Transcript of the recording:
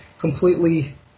completely